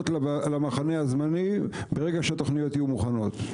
למחנה הזמני ברגע שהתוכניות יהיו מוכנות.